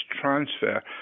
transfer